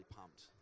pumped